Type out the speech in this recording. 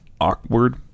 awkward